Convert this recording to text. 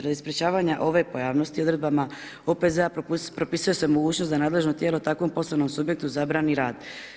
Radi sprečavanja ove pojavnosti odredbama OPZ-a propisuje se mogućnost da nadležno tijelo takvom poslovnom subjektu zabrani rad.